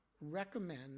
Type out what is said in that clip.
recommend